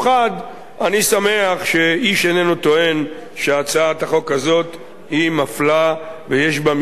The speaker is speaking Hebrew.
אני שמח שאיש איננו טוען שהצעת החוק הזאת היא מפלה ויש בה משום גזענות.